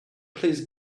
please